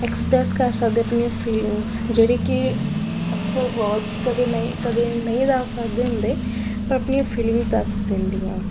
express ਕਰ ਸਕਦੇ ਆਪਣੀਆਂ ਫੀਲਿੰਗਸ ਜਿਹੜੀ ਕਿ ਅਕਸਰ ਵਰਡਸ ਕਦੇ ਨਹੀਂ ਕਦੇ ਨਹੀਂ ਦੱਸ ਸਕਦੇ ਹੁੰਦੇ ਪਰ ਆਪਣੀਆਂ ਫੀਲਿੰਗ ਦੱਸ ਦਿੰਦੀਆਂ